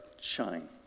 shine